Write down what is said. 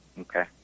Okay